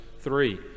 three